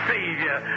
Savior